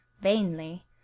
vainly